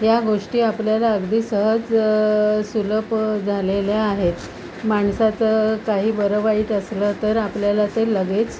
या गोष्टी आपल्याला अगदी सहज सुलभ झालेल्या आहेत माणसाचं काही बरं वाईट असलं तर आपल्याला ते लगेच